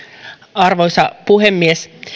arvoisa puhemies